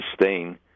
sustain